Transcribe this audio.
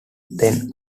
then